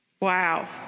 Wow